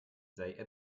sei